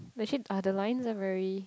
actually uh the lines are very